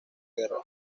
guerra